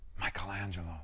Michelangelo